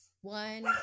one